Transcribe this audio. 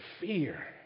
fear